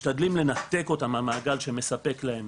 משתדלים לנתק אותם מהמעגל שמספק להם